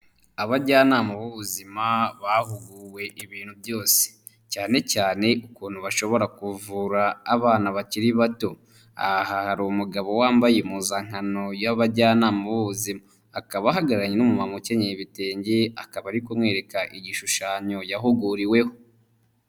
Abajyanama b'ubuzima bahuguwe ibintu byose cyane cyane ukuntu bashobora kuvura abana bakiri bato. Aha hari umugabo wambaye impuzankano y'abajyanama b'ubuzima akaba ahagararanye n'umuntu ukenyeye ibitenge akaba ari kumwereka igishushanyo yahuguriweho.